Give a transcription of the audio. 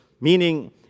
Meaning